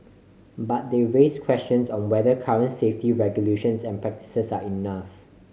but they raise questions on whether current safety regulations and practices are enough